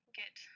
get